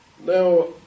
Now